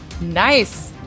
Nice